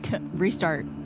restart